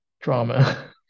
drama